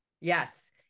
Yes